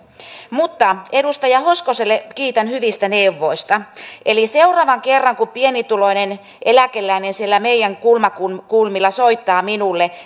edustaja hoskoselle kiitän hyvistä neuvoista eli seuraavan kerran kun pienituloinen eläkeläinen siellä meidän kulmakunnalla soittaa minulle